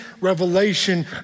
revelation